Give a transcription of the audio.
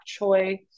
choy